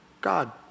God